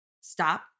Stop